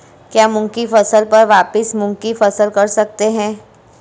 क्या मूंग की फसल पर वापिस मूंग की फसल कर सकते हैं?